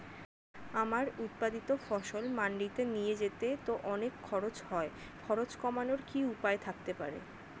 আমার উৎপাদিত ফসল মান্ডিতে নিয়ে যেতে তো অনেক খরচ হয় খরচ কমানোর কি উপায় থাকতে পারে?